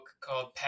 called